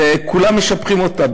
כולם משבחים אותה,